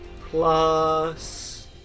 plus